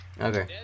Okay